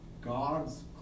god's